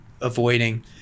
avoiding